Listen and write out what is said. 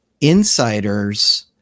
insiders